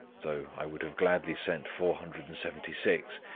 though i would have gladly sent four hundred and seventy six